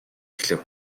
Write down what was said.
эхлэв